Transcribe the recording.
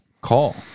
call